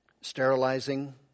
sterilizing